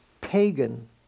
pagan